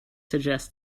suggest